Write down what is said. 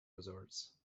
resorts